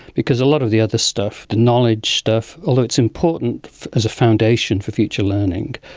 because a lot of the other stuff, the knowledge stuff, although it's important as a foundation for future learning,